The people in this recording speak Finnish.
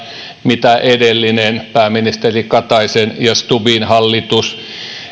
mitä edellinen pääministeri kataisen ja stubbin hallitus